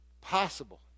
possible